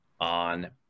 on